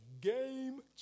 game